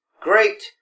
great